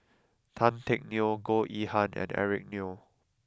Tan Teck Neo Goh Yihan and Eric Neo